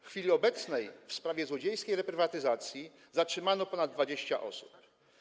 W chwili obecnej w sprawie złodziejskiej reprywatyzacji zatrzymano ponad 20 osób.